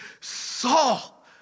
Saul